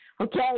okay